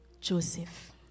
Joseph